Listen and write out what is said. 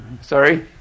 Sorry